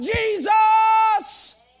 Jesus